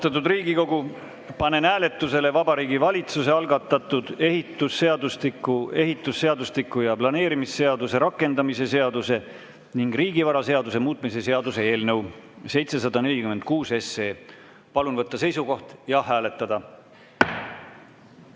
Austatud Riigikogu, panen hääletusele Vabariigi Valitsuse algatatud ehitusseadustiku, ehitusseadustiku ja planeerimisseaduse rakendamise seaduse ning riigivaraseaduse muutmise seaduse eelnõu 746. Palun võtta seisukoht ja hääletada!